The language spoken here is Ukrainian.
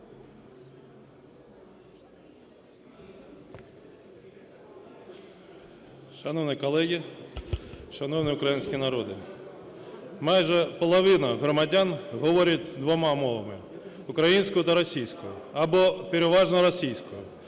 Шановні колеги, шановний український народе! Майже половина громадян говорить двома мовами – українською та російською, або переважно російською.